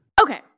Okay